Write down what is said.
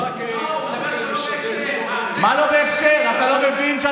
לא, הוא מדבר שלא בהקשר.